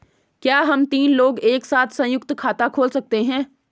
क्या हम तीन लोग एक साथ सयुंक्त खाता खोल सकते हैं?